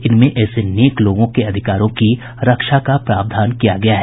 इनमें ऐसे नेक लोगों के अधिकारों की रक्षा का प्रावधान किया गया है